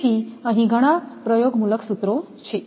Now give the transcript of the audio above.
તેથી ઘણા પ્રયોગમૂલક સૂત્રો છે